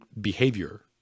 behavior